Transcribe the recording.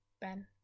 Ben